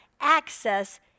access